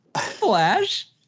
Flash